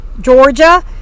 Georgia